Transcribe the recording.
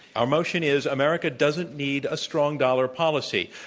our motion is, america doesn't need a strong dollar policy.